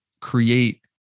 create